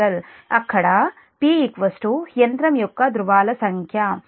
ఇక్కడ P యంత్రం యొక్క ధ్రువాల సంఖ్య